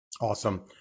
Awesome